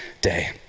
day